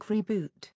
Reboot